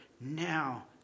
now